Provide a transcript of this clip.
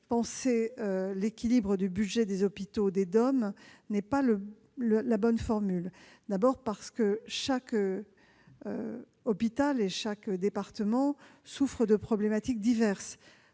penser l'équilibre du budget des hôpitaux des DOM n'est pas la bonne formule. D'abord, parce que chaque hôpital et chaque département souffrent de problématiques diverses